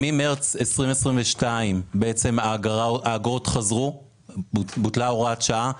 ממרץ 2022 האגרות חזרו ובוטלה הוראת השעה.